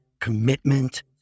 commitment